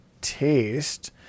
taste